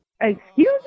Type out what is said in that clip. Excuse